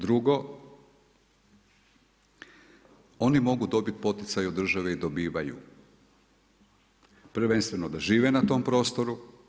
Drugo, oni mogu dobiti poticaj od države i dobivaju prvenstveno da žive na tom prostoru.